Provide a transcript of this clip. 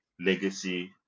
legacy